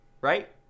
Right